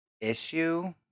issue